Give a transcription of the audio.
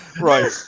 right